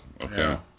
Okay